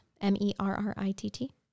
M-E-R-R-I-T-T